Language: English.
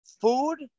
food